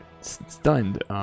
stunned